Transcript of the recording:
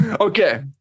okay